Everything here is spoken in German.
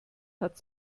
hat